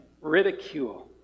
ridicule